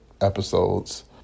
episodes